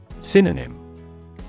Synonym